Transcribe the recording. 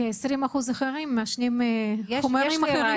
כי 20% אחרים מעשנים חומרים אחרים.